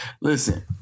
listen